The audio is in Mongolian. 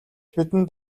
бидэнд